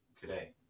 today